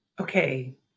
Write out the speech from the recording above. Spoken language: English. Okay